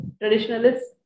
traditionalists